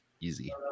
easy